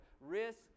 risk